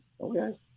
okay